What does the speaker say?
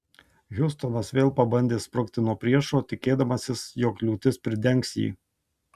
hiustonas vėl pabandė sprukti nuo priešo tikėdamasis jog liūtis pridengs jį